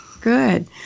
Good